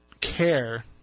care